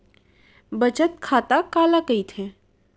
बचत खाता काला कहिथे?